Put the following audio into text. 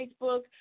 Facebook